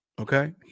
Okay